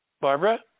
Barbara